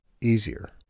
easier